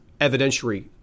evidentiary